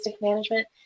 management